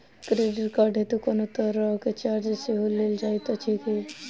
Credit card हेतु कोनो तरहक चार्ज सेहो लेल जाइत अछि की?